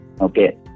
okay